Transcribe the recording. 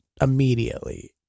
immediately